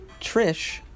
Trish